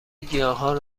گیاهان